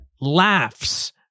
laughs